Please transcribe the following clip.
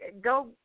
Go